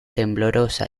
temblorosa